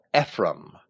Ephraim